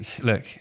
Look